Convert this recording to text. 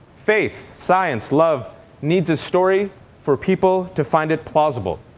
faith, science, love needs a story for people to find it plausible.